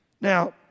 Now